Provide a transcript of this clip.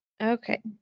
Okay